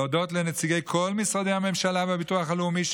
להודות לנציגי כל משרדי הממשלה והביטוח הלאומי,